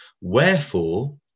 Wherefore